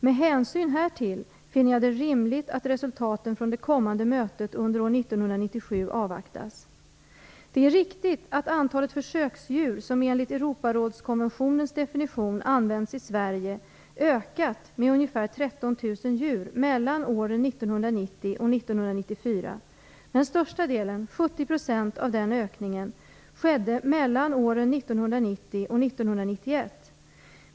Med hänsyn härtill finner jag det rimligt att resultaten från det kommande mötet under år 1997 avvaktas. Det är riktigt att antalet försöksdjur som enligt Europarådskonventionens definition använts i Sverige ökat med ungefär 13 000 djur mellan åren 1990 och 1994, men största delen, 70 % av den ökningen, skedde åren 1990 till 1991.